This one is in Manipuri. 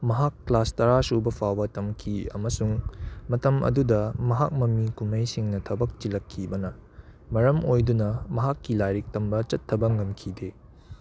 ꯃꯍꯥꯛ ꯀ꯭ꯂꯥꯁ ꯇꯔꯥ ꯁꯨꯕ ꯐꯥꯎꯕ ꯇꯝꯈꯤ ꯑꯃꯁꯨꯡ ꯃꯇꯝ ꯑꯗꯨꯗ ꯃꯍꯥꯛ ꯃꯃꯤ ꯀꯨꯝꯍꯩꯁꯤꯡꯅ ꯊꯕꯛ ꯆꯤꯜꯂꯛꯈꯤꯕꯅ ꯃꯔꯝ ꯑꯣꯏꯗꯨꯅ ꯃꯍꯥꯛꯀꯤ ꯂꯥꯏꯔꯤꯛ ꯇꯝꯕ ꯆꯠꯊꯕ ꯉꯝꯈꯤꯗꯦ